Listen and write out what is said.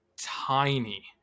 tiny